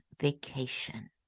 vacation